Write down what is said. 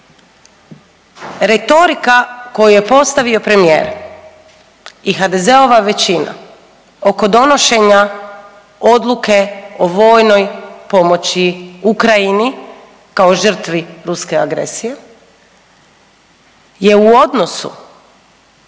Retorika koju je postavio premijer i HDZ-ova većina oko donošenja odluke o vojnoj pomoći Ukrajini kao žrtvi ruske agresije je u odnosu